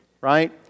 Right